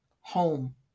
home